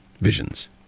Visions